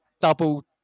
double